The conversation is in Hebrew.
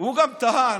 הוא גם טען,